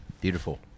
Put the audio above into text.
beautiful